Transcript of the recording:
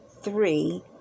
three